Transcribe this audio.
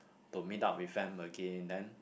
to meet up with them again then